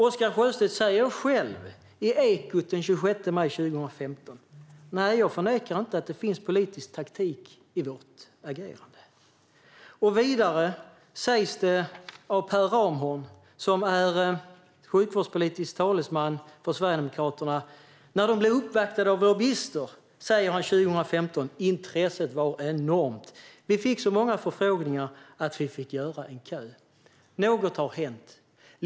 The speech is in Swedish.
Oscar Sjöstedt säger själv i Ekot den 26 maj 2015: Nej, jag förnekar inte att det finns politisk taktik i vårt agerande. Vidare säger Per Ramhorn, som är sjukvårdspolitisk talesman för Sverigedemokraterna, när Sverigedemokraterna blir uppvaktade av lobbyister 2015: Intresset var enormt. Vi fick så många förfrågningar att vi fick ordna en kö. Något har hänt.